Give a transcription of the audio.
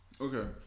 Okay